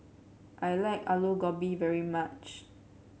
I like Alu Gobi very much